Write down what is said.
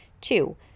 Two